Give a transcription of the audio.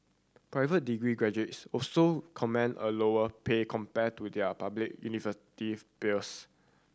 private degree graduates also command a lower pay compared to their public university peers